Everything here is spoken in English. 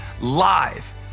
Live